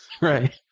Right